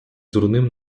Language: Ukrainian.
дурним